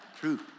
True